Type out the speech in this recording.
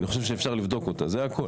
אני חושב שאפשר לבדוק אותה, זה הכול.